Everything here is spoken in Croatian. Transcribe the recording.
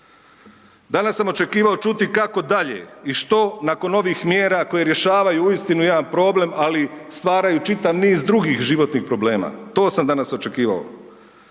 Danas sam očekivati čuti kako dalje i što nakon ovih mjera koje rješavaju uistinu jedan problem, ali stvaraju čitav niz drugih životnih problema, to sam danas očekivao.